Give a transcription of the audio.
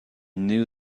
knew